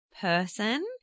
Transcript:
person